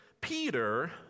Peter